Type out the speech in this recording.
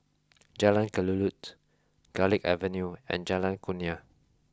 Jalan Kelulut Garlick Avenue and Jalan Kurnia